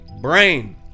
brain